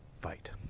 fight